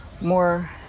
more